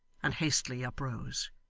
and hastily uprose.